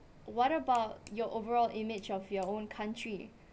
what about your overall image of your own country